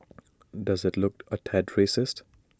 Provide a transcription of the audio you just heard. does IT look A tad racist